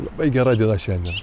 labai gera diena šiandien